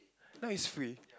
now it's free